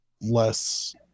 less